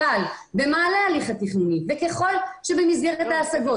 אבל במעלה ההליך התכנוני וככל שבמסגרת ההשגות